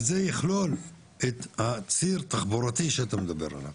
הדבר הזה יכלול את הציר התחבורתי שאתה מדבר עליו.